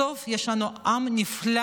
בסוף יש לנו עם נפלא,